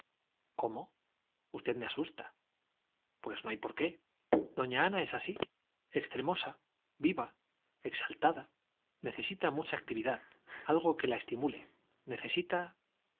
usted me asusta pues no hay por qué doña ana es así extremosa viva exaltada necesita mucha actividad algo que la estimule necesita